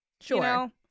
Sure